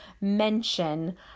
mention